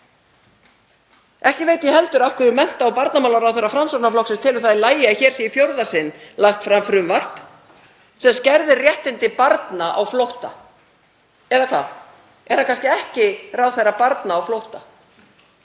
Ekki veit ég heldur af hverju mennta- og barnamálaráðherra Framsóknarflokksins telur það í lagi að hér sé í fjórða sinn lagt fram frumvarp sem skerðir réttindi barna á flótta. Eða hvað? Er hann kannski ekki ráðherra barna á flótta,